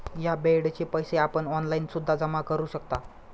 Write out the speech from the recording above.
या बेडचे पैसे आपण ऑनलाईन सुद्धा जमा करू शकता